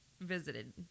visited